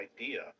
idea